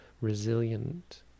resilient